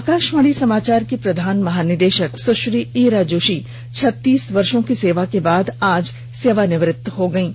आकाशवाणी समाचार की प्रधान महानिदेशक सुश्री इरा जोशी छत्तीस वर्षों की सेवा के बाद आज सेवानिवृत हो गईं